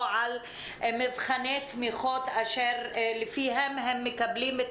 או על מבחני תמיכות שלפיהם הם מקבלים את